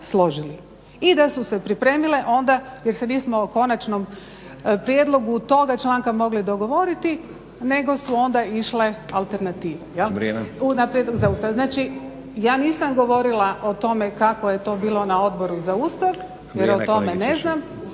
I da su se pripremile onda jer se nismo o konačnom prijedlogu toga članka mogli dogovoriti, nego su onda išle alternative na prijedlog za ustav. Znači, ja nisam govorila o tome kako je to bilo na Odboru za Ustav, prema tome ne znam,